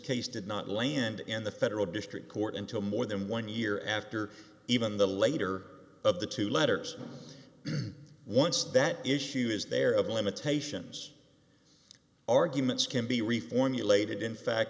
case did not land in the federal district court until more than one year after even the later of the two letters once that issue is there of limitations arguments can be reformulated in fact